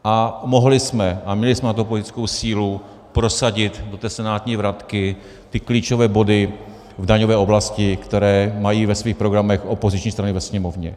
A mohli jsme, a měli jsme na to politickou sílu, prosadit do té senátní vratky ty klíčové body v daňové oblasti, které mají ve svých programech opoziční strany ve Sněmovně.